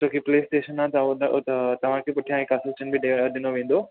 छोकी PlayStation आहे त तव्हांजे पुठियां हिकु अस्टिटेंट बि ॾिय ॾिनो वेंदो